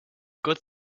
good